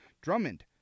Drummond